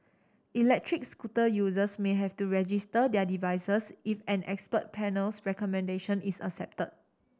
electric scooter users may have to register their devices if an expert panel's recommendation is accepted